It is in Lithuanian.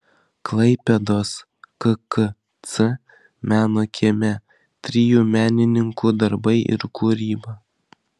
klaipėdos kkc meno kieme trijų menininkų darbai ir kūryba